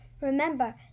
Remember